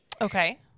Okay